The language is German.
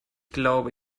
glaube